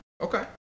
Okay